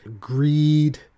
greed